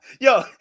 yo